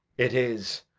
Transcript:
it is,